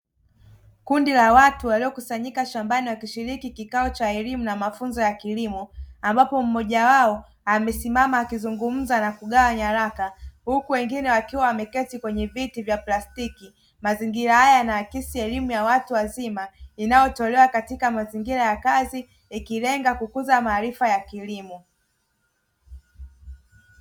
Kundi la watu waliokusanyika shambani wakishiriki kikao cha elimu na mafunzo ya kilimo ambapo mmoja wao amesimama akizungumza na kugawa nyaraka, huku wengine wakiwa wameketi kwenye viti vya plastiki, mazingira haya yanaakisi elimu ya watu wazima inayotolewa katika mazingira ya kazi ikilenga kukuza maarifa ya kilimo.